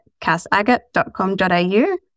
cassagate.com.au